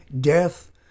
death